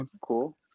cool